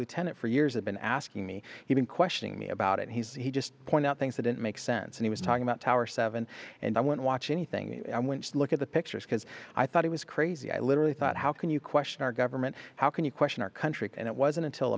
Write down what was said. lieutenant for years had been asking me even questioning me about it he just point out things that didn't make sense and he was talking about tower seven and i went watch anything i went to look at the pictures because i thought he was crazy i literally thought how can you question our government how can you question our country and it wasn't until